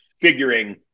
figuring